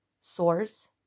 source